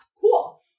Cool